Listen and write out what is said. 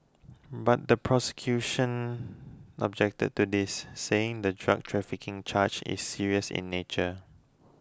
but the prosecution objected to this saying the drug trafficking charge is serious in nature